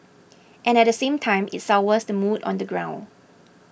and at the same time it sours the mood on the ground